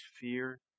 fear